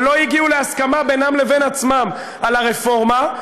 ולא הגיעו להסכמה בינם לבין עצמם על הרפורמה,